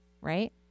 right